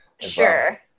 Sure